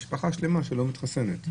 אלה משפחות שלמות שלא התחסנו.